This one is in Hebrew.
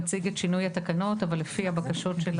של חברי הוועדה פה נתונים כמו שהתבקשו,